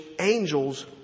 angels